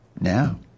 now